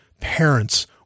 parents